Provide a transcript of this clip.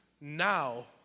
now